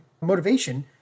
motivation